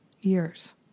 years